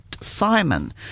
Simon